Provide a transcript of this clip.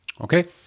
Okay